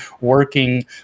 working